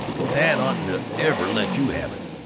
well, dad oughtn't to ever let you have it!